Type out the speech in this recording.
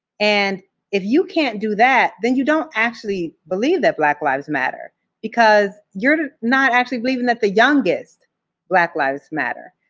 and if you can't do that, then you don't actually believe that black lives matter because you're not actually believing that the youngest black lives matter.